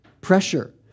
pressure